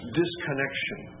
disconnection